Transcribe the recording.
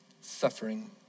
suffering